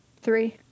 Three